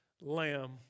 lamb